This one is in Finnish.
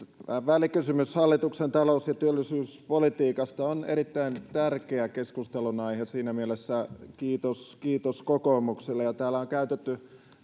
välikysymys hallituksen talous ja työllisyyspolitiikasta on erittäin tärkeä keskustelunaihe ja siinä mielessä kiitos kiitos kokoomukselle täällä on käytetty